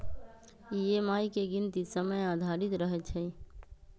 EMI के गीनती समय आधारित रहै छइ